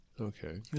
Okay